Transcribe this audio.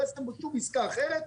לא יעשה בו שום עסקה אחרת,